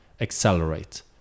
accelerate